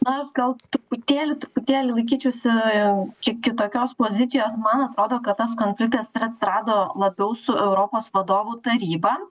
na aš gal truputėlį truputėlį laikyčiausi kiek kitokios pozicijos man atrodo kad tas konfliktas ir atsirado labiau su europos vadovų taryba